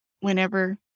whenever